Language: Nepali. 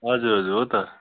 हजुर हजुर हो त